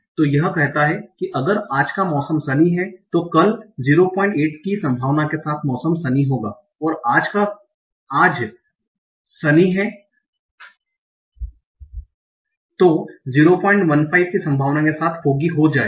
तो यह कहता है कि अगर आज का मौसम सनी है तो कल 08 की संभावना के साथ मौसम सनी होगा और अगर आज सनी हैं तो 015 की संभावना के साथ फोगी हो जाएगा